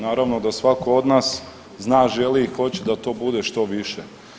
Naravno da svatko od nas zna, želi i hoće da to bude što više.